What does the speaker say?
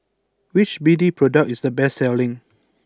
which B D product is the best selling